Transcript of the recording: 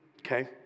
Okay